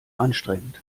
anstrengend